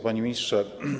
Panie Ministrze!